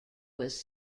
was